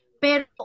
Pero